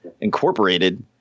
incorporated